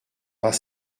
pas